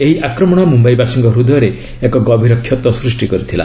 ଏହି ଆକ୍ରମଣ ମୁମ୍ବାଇବାସୀଙ୍କ ହୃଦୟରେ ଏକ ଗଭୀର କ୍ଷତ ସୃଷ୍ଟି କରିଥିଲା